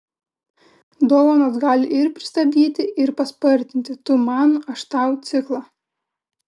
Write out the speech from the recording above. dovanos gali ir pristabdyti ir paspartinti tu man aš tau ciklą